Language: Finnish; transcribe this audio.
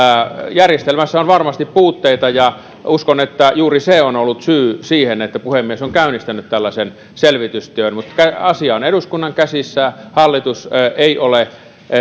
järjestelmässä on varmasti puutteita ja uskon että juuri se on ollut syy siihen että puhemies on käynnistänyt tällaisen selvitystyön asia on eduskunnan käsissä hallitus ei ole